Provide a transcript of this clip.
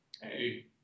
Hey